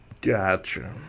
Gotcha